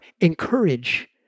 encourage